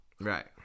Right